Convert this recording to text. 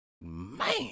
Man